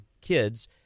kids